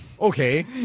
Okay